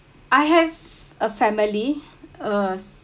I have a family a